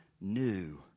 new